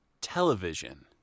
television